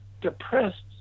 depressed